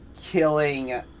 killing